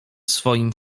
swoim